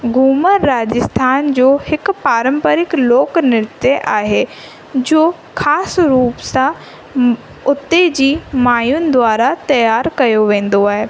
घूमर राजस्थान जो हिकु पारम्परिकु लोक नृत्य आहे जो ख़ासि रूप सां उते जी मायुनि द्वारा तियारु कयो वेंदो आहे